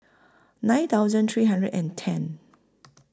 nine thousand three hundred and ten